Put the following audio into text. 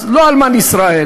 אז לא אלמן ישראל.